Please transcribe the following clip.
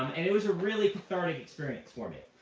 um and it was a really cathartic experience for me.